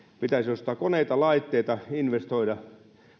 pitäisi ostaa koneita laitteita ja investoida